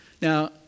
Now